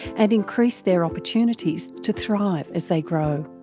and increase their opportunities to thrive as they grow.